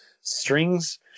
strings